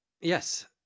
Yes